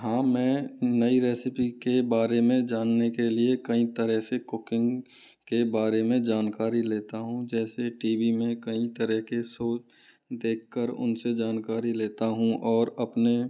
हाँ मैं नई रेसिपी के बारे में जानने के लिए कई तरह से कुकिंग के बारे में जानकारी लेता हूँ जैसे टी वी में कई तरह के सो देख कर उन से जानकारी लेता हूँ और अपने